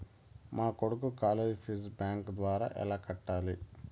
మా కొడుకు college fee bank ద్వారా ఎలా కట్టాలి?